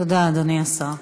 תודה, אדוני השר.